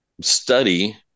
study